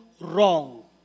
wrong